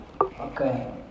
Okay